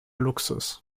luxus